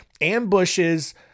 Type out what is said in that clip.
ambushes